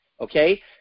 Okay